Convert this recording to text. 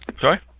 Sorry